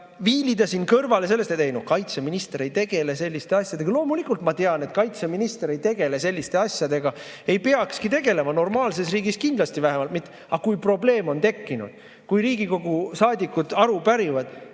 viilida siin kõrvale [väitega], et kaitseminister ei tegele selliste asjadega – loomulikult ma tean, et kaitseminister ei tegele selliste asjadega. Ei peakski tegelema, vähemalt normaalses riigis kindlasti mitte. Aga kui probleem on tekkinud ja Riigikogu saadikud aru pärivad,